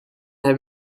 heb